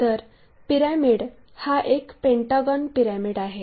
तर पिरॅमिड हा एक पेंटागॉन पिरॅमिड आहे